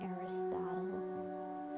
Aristotle